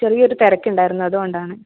ചെറിയൊര് തിരക്കുണ്ടായിരുന്നു അതുകൊണ്ടാണേ